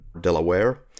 Delaware